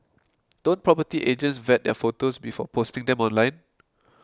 don't property agents vet their photos before posting them online